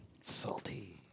Salty